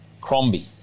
Crombie